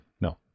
no